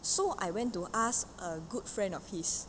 so I went to ask a good friend of his